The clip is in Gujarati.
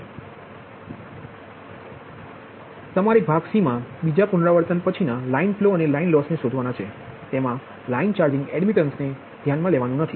અને તમારે ભાગ સી મા બીજા પુનરાવર્તન પછીના લાઇન ફ્લો અને લાઇન લોસને શોધવાના છે તેમા લાઈન ચાર્જિંગ એડમિટ્ન્સને ધ્યાનમાં લેવાનું નથી